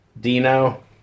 Dino